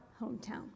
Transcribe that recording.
hometown